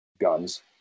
guns